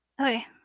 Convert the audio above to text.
Okay